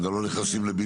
הם גם לא נכנסים לבינוי.